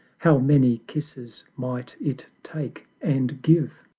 how many kisses might it take and give!